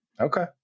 Okay